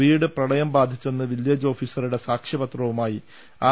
വീട് പ്രളയം ബാധിച്ചെന്ന് വില്ലേജ് ഓഫീസറുടെ സാക്ഷ്യപത്രവുമായി ആർ